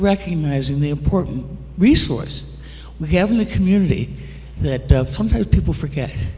recognizing the important resource we have in the community that sometimes people forget